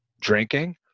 drinking